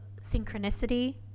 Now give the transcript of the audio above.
synchronicity